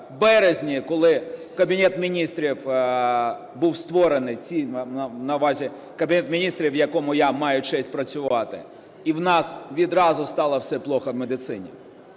березні, коли Кабінет Міністрів був створений, Кабінет Міністрів, в якому я маю честь працювати, і у нас відразу стало все погано в медицині.